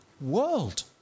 world